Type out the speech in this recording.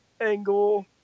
angle